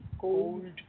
cold